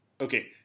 Okay